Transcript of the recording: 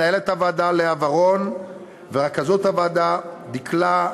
מנהלת הוועדה לאה ורון ורכזות הוועדה דקלה,